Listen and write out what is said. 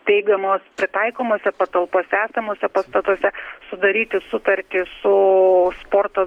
steigiamos pritaikomose patalpose esamuose pastatuose sudaryti sutartį su sporto